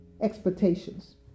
expectations